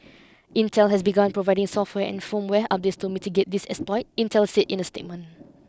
Intel has begun providing software and firmware updates to mitigate these exploits Intel said in a statement